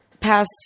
past